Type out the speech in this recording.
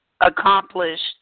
accomplished